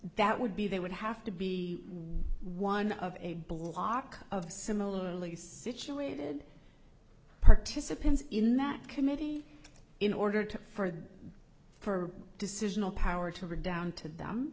that would be they would have to be one of a block of similarly situated participants in that committee in order to further for decisional power to redound to them